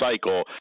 cycle